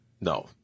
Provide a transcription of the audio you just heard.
No